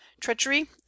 treachery